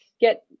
get